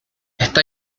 está